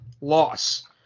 loss